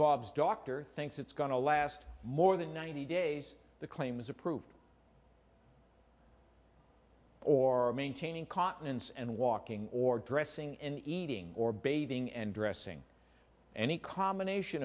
bob's doctor thinks it's going to last more than ninety days the claims approved or are maintaining continence and walking or dressing and eating or bathing and dressing any combination